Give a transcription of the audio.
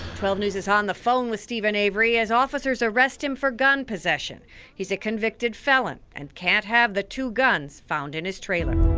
twelve news is on the phone was steven avery as officers arrest him for gun possession. a convicted felon and can have the two guns found in his trailer.